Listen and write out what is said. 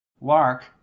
Lark